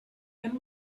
and